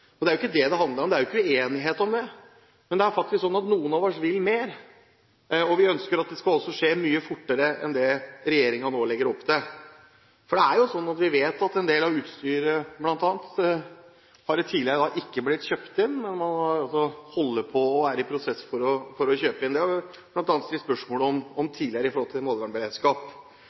oljevernberedskap. Det er jo ikke det det handler om, det er jo ikke uenighet om det, men det er faktisk sånn at noen av oss vil mer, og vi ønsker også at det skal skje mye fortere enn det regjeringen nå legger opp til. Vi vet jo at en del av bl.a. utstyret har tidligere ikke blitt kjøpt inn – man holder på og er i en prosess for å kjøpe det inn. Vi har tidligere bl.a. stilt spørsmål om det når det gjelder oljevernberedskap. Så ser jeg at statsråden ikke syntes det var noe hyggelig spørsmål, men jeg vet i